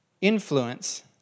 influence